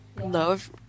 Love